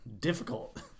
difficult